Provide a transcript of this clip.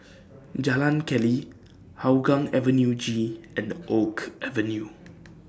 Jalan Keli Hougang Avenue G and Oak Avenue